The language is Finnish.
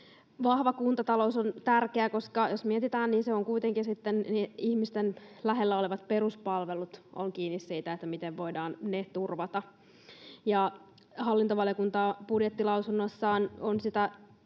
Vahva kuntatalous on tärkeä, koska jos mietitään, niin ihmisten lähellä olevat peruspalvelut ovat kuitenkin kiinni siitä. Eli miten voidaan ne turvata? Hallintovaliokunta budjettilausunnossaan on sitä